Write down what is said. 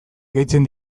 gehitzen